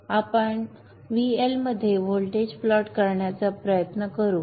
आता आपण VL मध्ये व्होल्टेज प्लॉट करण्याचा प्रयत्न करू